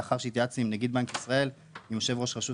לאחר שהתייעצתי עם נגיד בנק ישראל עם יושב ראש רשות